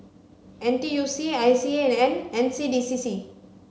N T U C I C A and N C D C C